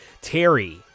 Terry